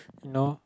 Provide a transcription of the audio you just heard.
you know